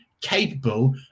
capable